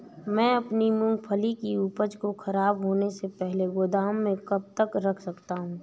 मैं अपनी मूँगफली की उपज को ख़राब होने से पहले गोदाम में कब तक रख सकता हूँ?